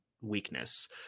weakness